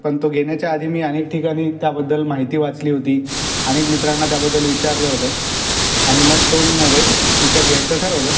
पण तो घेण्याच्या आधी मी अनेक ठिकाणी त्याबद्दल माहिती वाचली होती अनेक मित्रांना त्याबद्दल विचारलं होतं आणि मग तो मोबाईल मी विकत घ्यायचं ठरवलं